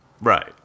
Right